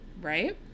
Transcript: right